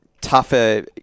tougher